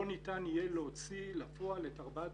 לא ניתן יהיה להוציא לפועל את ארבעת